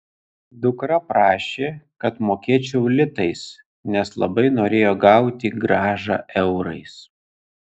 dukra prašė kad mokėčiau litais nes labai norėjo gauti grąžą eurais